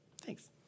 Thanks